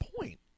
point